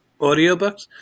Audiobooks